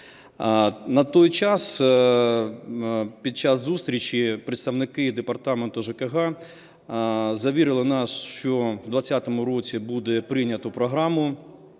На той час під час зустрічі представники департаменту ЖКГ завірили нас, що в 20-му році буде прийнято програму